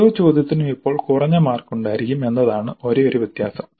ഓരോ ചോദ്യത്തിനും ഇപ്പോൾ കുറഞ്ഞ മാർക്ക് ഉണ്ടായിരിക്കും എന്നതാണ് ഒരേയൊരു വ്യത്യാസം